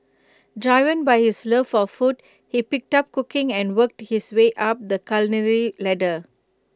driven by his love for food he picked up cooking and worked his way up the culinary ladder